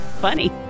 funny